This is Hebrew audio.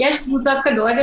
יש קבוצות כדורגל